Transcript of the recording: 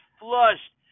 flushed